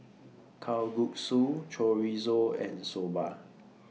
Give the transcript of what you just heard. Kalguksu Chorizo and Soba